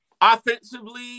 offensively